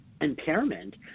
impairment